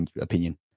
opinion